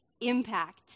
impact